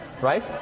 right